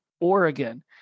Oregon